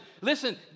listen